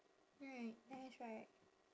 right nice right